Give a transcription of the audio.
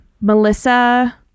Melissa